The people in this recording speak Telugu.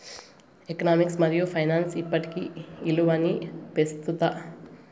ఎకనామిక్స్ మరియు ఫైనాన్స్ ఇప్పటి ఇలువని పెస్తుత రాయితీ ఇలువని కూడా పిలిస్తారు